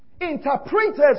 interpreters